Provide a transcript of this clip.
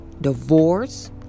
divorce